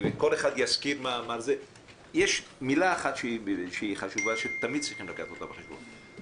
יש מילה חשובה שתמיד צריכים לקחת אותה בחשבון,